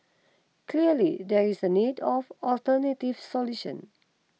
clearly there is a need of alternative solution